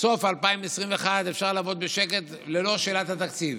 סוף 2021, שאפשר לעבוד בשקט ללא שאלת התקציב,